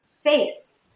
face